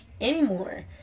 anymore